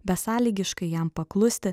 besąlygiškai jam paklusti